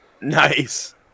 Nice